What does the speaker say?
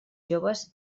joves